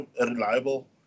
reliable